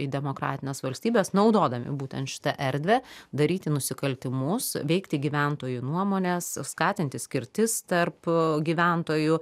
į demokratines valstybes naudodami būtent šitą erdvę daryti nusikaltimus veikti gyventojų nuomones skatinti skirtis tarp gyventojų